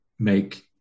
Make